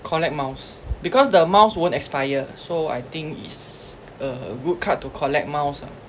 collect miles because the miles won't expire so I think it's a good card to collect miles ah